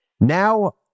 Now